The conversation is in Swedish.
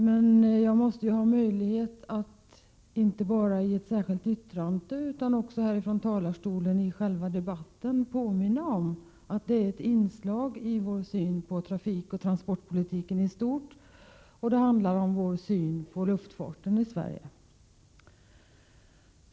Men jag måste väl ha möjlighet att inte bara i ett särskilt yttrande utan också från talarstolen under själva debatten påminna om att vår motion är ett inslag i vår syn på trafiken och transportpolitiken i stort och att den handlar om vår syn på luftfarten i Sverige.